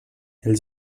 els